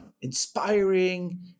inspiring